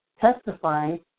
testifying